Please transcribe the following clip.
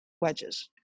wedges